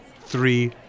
three